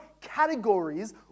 categories